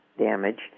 damage